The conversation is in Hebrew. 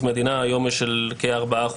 היום יש כ-4%,